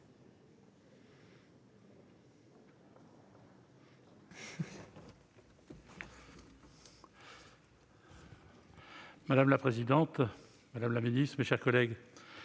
Madame la présidente, madame la ministre, mes chers collègues,